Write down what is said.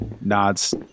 nods